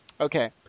Okay